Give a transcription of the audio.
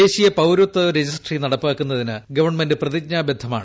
ദേശീയ പൌരത്വ രജിസ്ട്രി നടപ്പാക്കുന്നതിന് ഗവൺമെന്റ് പ്രതിജ്ഞാ ബദ്ധമാണ്